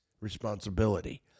responsibility